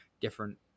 different